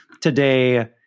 today